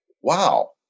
wow